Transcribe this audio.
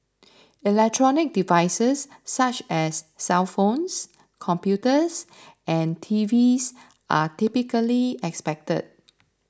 electronic devices such as cellphones computers and TVs are typically expected